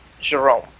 Jerome